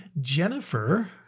Jennifer